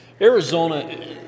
Arizona